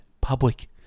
public